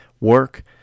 work